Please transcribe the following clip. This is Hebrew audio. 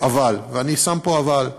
אבל, ואני שם פה אבל,